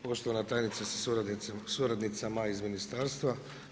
Poštovana tajnica sa suradnicama iz ministarstva.